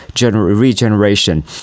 regeneration